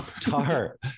tar